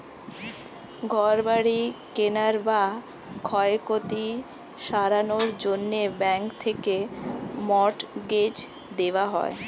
ঘর বাড়ি কেনার বা ক্ষয়ক্ষতি সারানোর জন্যে ব্যাঙ্ক থেকে মর্টগেজ দেওয়া হয়